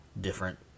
different